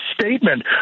statement